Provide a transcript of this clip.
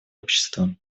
общества